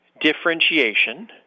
differentiation